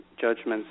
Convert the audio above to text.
judgments